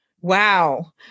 Wow